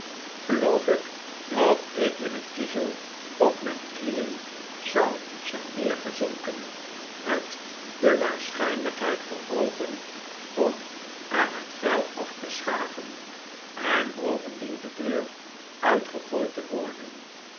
geloof ik dat ik in het kiezel op mijn knieen zou zachtaardige waanzin zijn neergezonken met de waarschijnlijkheid voor oogen om er het vel af te schaven en bovendien de deur uitgegooid te worden